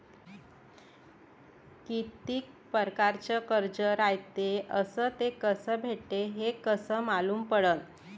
कितीक परकारचं कर्ज रायते अस ते कस भेटते, हे कस मालूम पडनं?